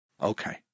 Okay